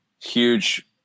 huge